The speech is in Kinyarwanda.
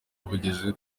bugeze